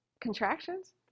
contractions